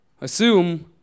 assume